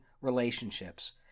relationships